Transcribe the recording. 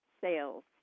sales